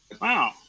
Wow